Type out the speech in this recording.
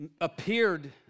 appeared